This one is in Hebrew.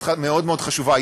תמיכתך מאוד מאוד חשובה,